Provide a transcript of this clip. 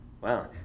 wow